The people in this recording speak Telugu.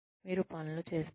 మీరు పనులు చేస్తారు